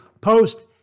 post